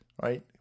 right